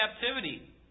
captivity